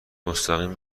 مستقیم